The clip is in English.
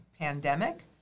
pandemic